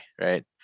right